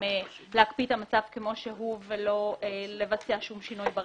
להקפיא את המצב כמו שהוא ולא לבצע שום שינוי.